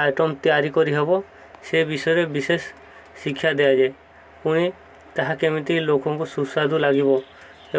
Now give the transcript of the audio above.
item ତିଆରି କରିହବ ସେ ବିଷୟରେ ବିଶେଷ ଶିକ୍ଷା ଦିଆଯାଏ ପୁଣି ତାହା କେମିତି ଲୋକଙ୍କୁ ସୁସ୍ୱାଦୁ ଲାଗିବ